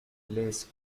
les